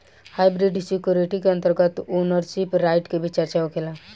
hybrid security के अंतर्गत ownership right के भी चर्चा होखेला